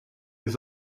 his